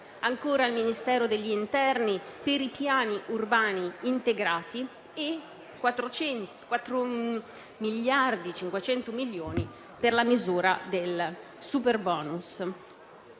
risorse al Ministero dell'interno per i piani urbani integrati e 4.500 milioni per la misura del superbonus.